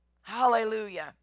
Hallelujah